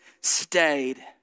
stayed